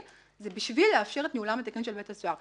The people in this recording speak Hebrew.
זה בשביל לאפשר את ניהולו התקין של בית הסוהר.